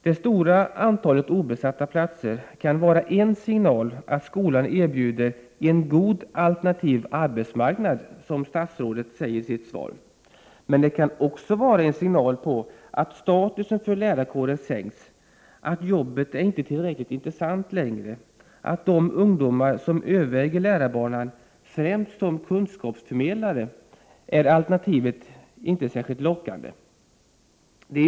Det stora antalet obesatta platser kan vara en signal till att skolan erbjuder en god alternativ arbetsmarknad, som statsrådet säger i sitt svar. Men det kan också vara en signal till att statusen för lärarkåren sänkts, att jobbet inte längre är tillräckligt intressant och att alternativet för de ungdomar som överväger lärarbanan främst som kunskapsförmedlare inte är särskilt lockande.